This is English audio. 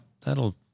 That'll